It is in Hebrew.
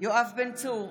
יואב בן צור,